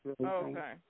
Okay